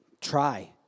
try